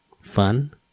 fun